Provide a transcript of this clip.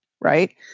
right